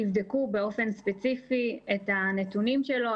יבדקו באופן ספציפי את הנתונים שלו,